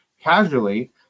casually